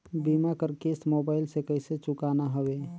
बीमा कर किस्त मोबाइल से कइसे चुकाना हवे